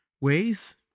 ways